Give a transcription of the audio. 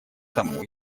тому